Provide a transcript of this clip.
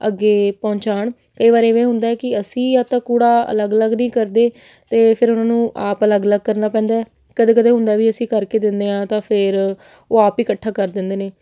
ਅੱਗੇ ਪਹੁੰਚਾਉਣ ਕਈ ਵਾਰ ਇਵੇਂ ਹੁੰਦਾ ਕਿ ਅਸੀਂ ਜਾਂ ਤਾਂ ਕੂੜਾ ਅਲੱਗ ਅਲੱਗ ਨਹੀਂ ਕਰਦੇ ਅਤੇ ਫਿਰ ਉਹਨਾਂ ਨੂੰ ਆਪ ਅਲੱਗ ਅਲੱਗ ਕਰਨਾ ਪੈਂਦਾ ਹੈ ਕਦੇ ਕਦੇ ਹੁੰਦਾ ਵੀ ਅਸੀਂ ਕਰਕੇ ਦਿੰਦੇ ਹਾਂ ਤਾਂ ਫਿਰ ਉਹ ਆਪ ਹੀ ਇਕੱਠਾ ਕਰ ਦਿੰਦੇ ਨੇ